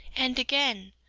and again,